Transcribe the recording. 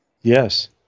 Yes